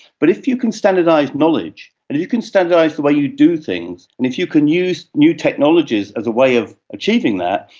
but if you can standardise knowledge and you you can standardise the way you do things, and if you can use new technologies as a way of achieving that,